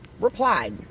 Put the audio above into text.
replied